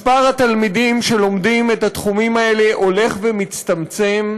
מספר התלמידים שלומדים את התחומים האלה הולך ומצטמצם,